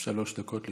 שלוש דקות לרשותך.